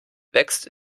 wächst